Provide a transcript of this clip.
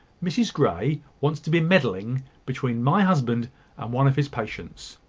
mrs grey wants to be meddling between my husband and one of his patients.